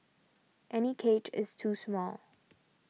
any cage is too small